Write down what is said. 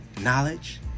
knowledge